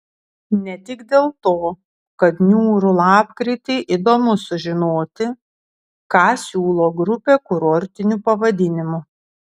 ne tik dėl to kad niūrų lapkritį įdomu sužinoti ką siūlo grupė kurortiniu pavadinimu